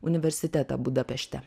universitetą budapešte